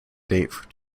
date